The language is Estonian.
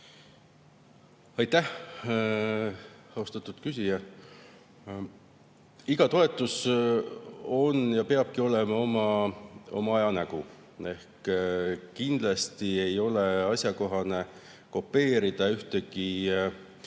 Aitäh, austatud küsija! Iga toetus on ja peabki olema oma aja nägu. Kindlasti ei ole asjakohane kopeerida mingit